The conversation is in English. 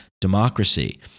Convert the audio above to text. democracy